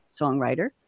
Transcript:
songwriter